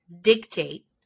dictate